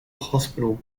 hospital